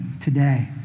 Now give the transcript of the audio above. today